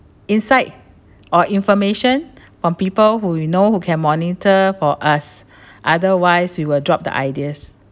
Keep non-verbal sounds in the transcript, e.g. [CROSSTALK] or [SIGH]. inside or information from people who you know who can monitor for us [BREATH] otherwise we will drop the ideas